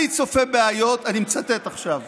אני צופה בעיות, אני מצטט עכשיו